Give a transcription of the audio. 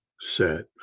set